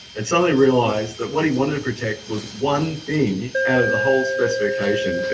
and suddenly realized that what he wanted to protect was one thing out of the whole specification.